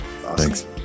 Thanks